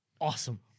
Awesome